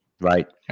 Right